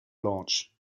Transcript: launch